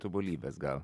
tobulybės gal